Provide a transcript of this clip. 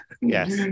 yes